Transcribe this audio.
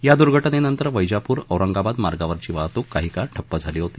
या दर्घटनेनंतर वैजापूर औरंगाबाद मार्गावरची वाहतूक काही काळ ठप्प झाली होती